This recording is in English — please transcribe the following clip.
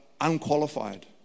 unqualified